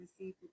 receive